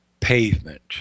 pavement